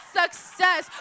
success